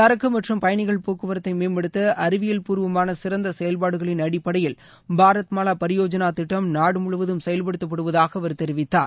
சரக்கு மற்றும் பயணிகள் போக்குவரத்தை மேம்படுத்த அறிவியல் பூர்வமான சிறந்த செயல்பாடுகளின் அடிப்படையில் பாரத்மாலா பரியோஜனா திட்டம் நாடு முழுவதும் செயல்படுத்தப்படுவதாக அவர் தெரிவித்தார்